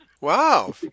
Wow